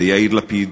ויאיר לפיד,